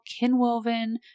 Kinwoven